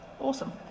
Awesome